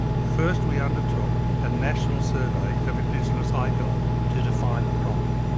first we undertook a national survey of indigenous eye health to define the problem.